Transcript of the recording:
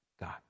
God